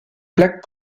plaque